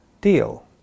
deal